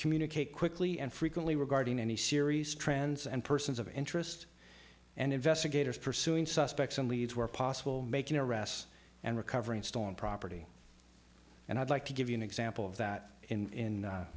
communicate quickly and frequently regarding any series trends and persons of interest and investigators pursuing suspects in leeds where possible making arrests and recovering stolen property and i'd like to give you an example of that in